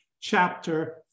chapter